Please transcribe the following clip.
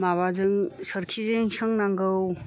माबाजों सोरखिजों सोंनांगौ